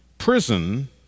Prison